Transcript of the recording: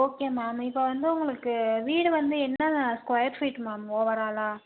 okay ma'am இப்போ வந்து உங்களுக்கு வீடு வந்து என்ன ஸ்கொயர் ஃபீட் மேம் ஓவராலாக